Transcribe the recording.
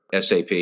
SAP